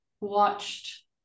watched